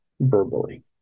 verbally